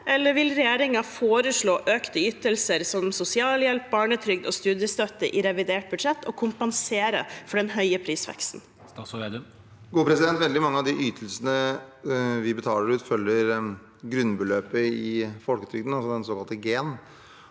eller vil regjeringen foreslå økte ytelser som sosialhjelp, barnetrygd og studiestøtte i revidert budsjett og kompensere for den høye prisveksten? Statsråd Trygve Slagsvold Vedum Vel- dig mange av de ytelsene vi betaler ut, følger grunnbeløpet i folketrygden, altså den såkalte G-en.